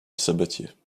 sabatier